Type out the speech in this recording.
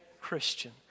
Christian